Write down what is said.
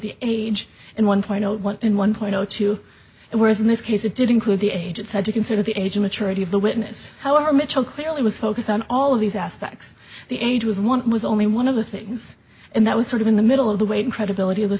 the age and one point zero one and one point zero two and whereas in this case it did include the agents had to consider the age of maturity of the witness however mitchell clearly was focused on all of these aspects the age was one it was only one of the things and that was sort of in the middle of the weight of credibility of the